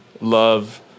love